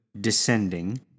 descending